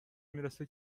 میرسه